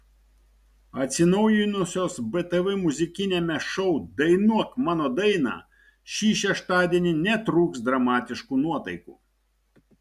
atsinaujinusios btv muzikiniame šou dainuok mano dainą šį šeštadienį netrūks dramatiškų nuotaikų